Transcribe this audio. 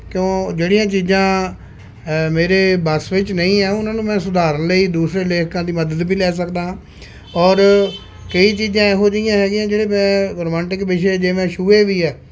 ਕਿਉਂ ਜਿਹੜੀਆਂ ਚੀਜ਼ਾਂ ਮੇਰੇ ਵੱਸ ਵਿੱਚ ਨਹੀਂ ਹੈ ਉਹਨਾਂ ਨੂੰ ਮੈਂ ਸੁਧਾਰਨ ਲਈ ਦੂਸਰੇ ਲੇਖਕਾਂ ਦੀ ਮਦਦ ਵੀ ਲੈ ਸਕਦਾਂ ਔਰ ਕਈ ਚੀਜ਼ਾਂ ਇਹੋ ਜਿਹੀਆਂ ਹੈਗੀਆਂ ਜਿਹੜੇ ਰੋਮਾਂਟਿਕ ਵਿਸ਼ੇ ਜੇ ਮੈਂ ਛੂਹੇ ਵੀ ਆ